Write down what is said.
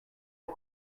est